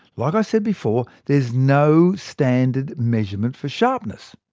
like i said before, there's no standard measurement for sharpness,